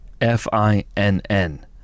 F-I-N-N